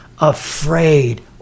afraid